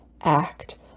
act